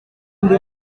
indi